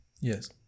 Yes